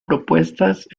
propuestas